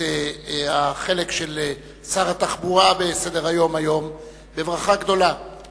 אני רוצה לפתוח את החלק של שר התחבורה בסדר-היום היום בברכה גדולה גם